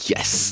Yes